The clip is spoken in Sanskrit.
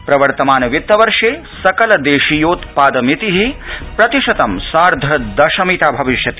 प्रवर्तमान वित्तवर्षे सकल देशीयोत्पाद मिति प्रतिशतं सार्ध दश मिता भविष्यति